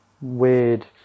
weird